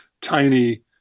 tiny